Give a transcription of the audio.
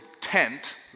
tent